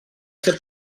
ser